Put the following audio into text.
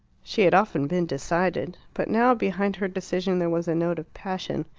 she had often been decided. but now behind her decision there was a note of passion.